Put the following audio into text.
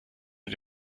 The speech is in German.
mit